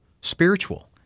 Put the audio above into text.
Spiritual